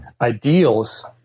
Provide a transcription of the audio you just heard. ideals